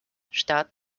start